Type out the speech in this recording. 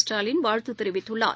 Stalin வாழ்த்துதெரிவித்துள்ளார்